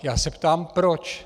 Já se ptám proč?